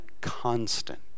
constant